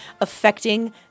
affecting